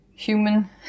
human